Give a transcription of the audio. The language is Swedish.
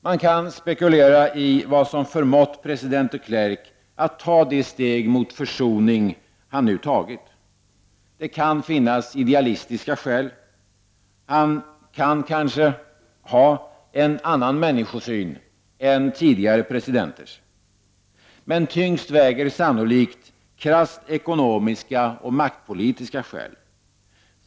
Man kan spekulera i vad som förmått president de Klerk att ta de steg mot försoning han nu tagit. Det kan finnas idealistiska skäl. Han kan kanske ha en annan människosyn än tidigare presidenter. Men tyngst väger sannolikt krasst ekonomiska och maktpolitiska skäl.